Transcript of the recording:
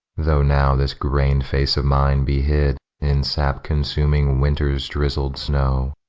though now this grained face of mine be hid in sap-consuming winter's drizzled snow,